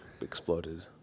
exploded